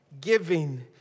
giving